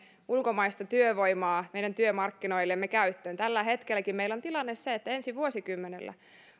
ulkomaista työvoimaa meidän työmarkkinoillemme käyttöön tällä hetkelläkin meillä on tilanne se että ensi vuosikymmenellä